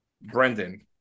Brendan